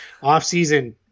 offseason